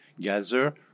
gather